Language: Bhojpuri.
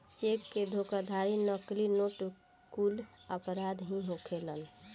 चेक के धोखाधड़ी, नकली नोट कुल अपराध ही होखेलेन